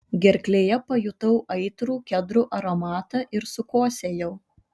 gerklėje pajutau aitrų kedrų aromatą ir sukosėjau